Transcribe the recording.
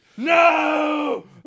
No